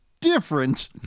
different